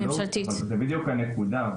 זאת בדיוק הנקודה.